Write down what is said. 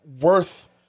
worth